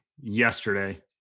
yesterday